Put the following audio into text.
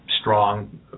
strong